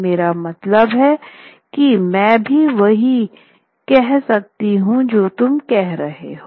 मेरा मतलब है कि मैं भी वही कर सकती हूं जो तुम कर रहे हो